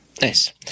nice